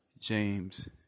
James